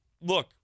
look